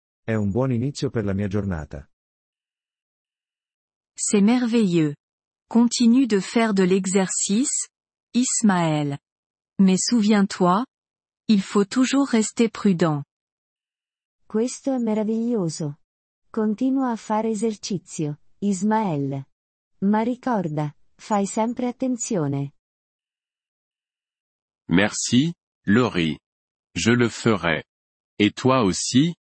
È un buon inizio per la mia giornata. C'est merveilleux. Continue de faire de l'exercice, Ismaël. Mais souviens-toi, il faut toujours rester prudent. Questo è meraviglioso. Continua a fare esercizio, Ismaël. Ma ricorda, fai sempre attenzione. Merci, Lori. Je le ferai. Et toi aussi,